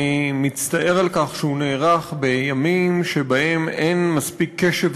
אני מצטער על כך שהוא נערך בימים שבהם אין מספיק קשב